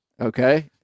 Okay